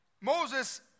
Moses